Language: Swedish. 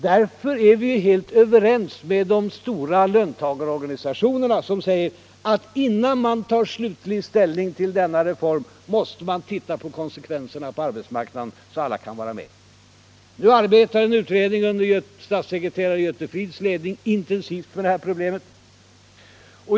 Därför är vi helt överens med de stora löntagarorganisationerna, som säger att innan man tar slutlig ställning till denna reform måste man granska konsekvenserna på arbetsmarknaden så att alla kan vara med. Nu arbetar en arbetsgrupp under statssekreterare Göte Fridhs ledning intensivt med detta problem.